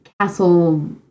castle